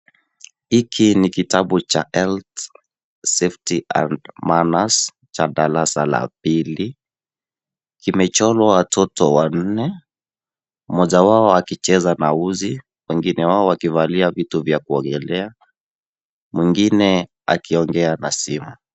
Hiki ni kitabu cha Health, safety, and manners cha darasa la pili. Kimechorwa watoto wanne, mmoja wao akicheza na uzi, wengine wao wakivalia vitu vya kuogelea, mwingine akiongea na simu.